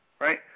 right